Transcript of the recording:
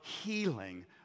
healing